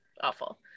Awful